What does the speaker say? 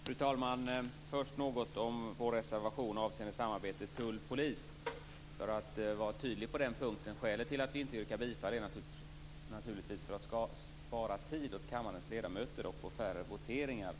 Fru talman! Först vill jag säga något om vår reservation avseende samarbetet tull-polis, för att vara tydlig på den punkten. Skälet till att vi inte yrkar bifall till den är naturligtvis att vi vill spara tid åt kammarens ledamöter och få färre voteringar.